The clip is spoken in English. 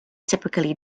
typically